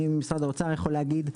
אני ממשרד האוצר יכול להגיד,